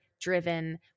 driven